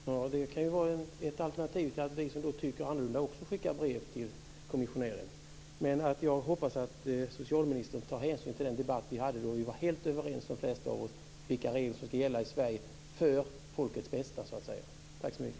Fru talman! Det kan ju vara ett alternativ. Vi som tycker annorlunda kan ju också skicka brev till kommissionären. Jag hoppas att socialministern tar hänsyn till den debatt vi förde då vi var helt överens, de flesta av oss, om vilka regler som ska gälla i Sverige för folkets bästa. Tack så mycket!